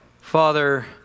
Father